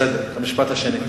בסדר, במשפט השני.